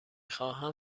خواهم